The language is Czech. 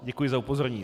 Děkuji za upozornění.